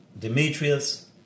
Demetrius